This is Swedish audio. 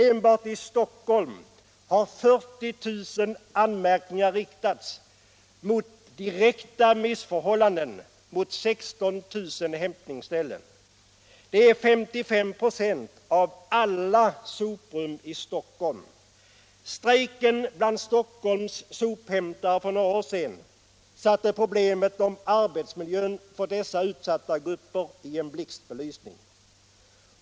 Enbart i Stockholm har 40 000 anmärkningar riktats mot direkta missförhållanden vid 16 000 hämntningsställen. Det är 55 96 av alla soprum i Stockholm. Strejken bland Stockholms sophämtare för några år sedan gav problemet om arbetsmiljön för dessa utsatta grupper en blixtbelysning.